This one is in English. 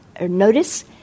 Notice